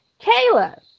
Kayla